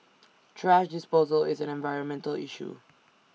thrash disposal is an environmental issue